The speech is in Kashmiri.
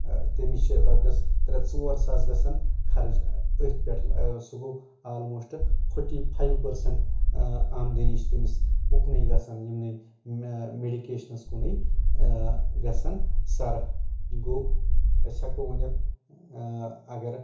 تٔمِس چھِ رۄپِیس ترے ژور ساس گژھان خرٕچ أتھۍ پٮ۪ٹھ سُہ گوٚو اَلموسٹ فوٹی فایو پٔرسنٛٹ آمدٔنی چھےٚ تٔمِس اُکنُے گژھان یِمنے میڈکیشنس کُنُے گژھان صرٕف گوٚو أسۍ ہٮ۪کو ؤنِتھ اَگر